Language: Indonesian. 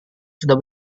sudah